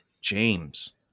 James